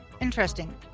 Interesting